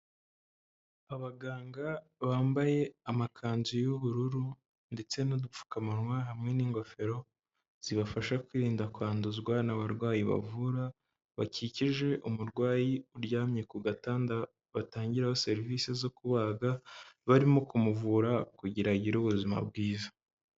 Abaganga bambaye amakanzu y'ubururu ndetse n'udupfukamunwa hamwe n'ingofero, zibafasha kwirinda kwanduzwa n'abarwayi bavura, bakikije umurwayi uryamye ku gatanda batangiraho serivisi zo kubaga, barimo kumuvura kugira agire ubuzima bwiza.